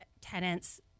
tenants